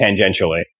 tangentially